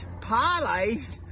Parlays